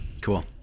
Cool